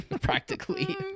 practically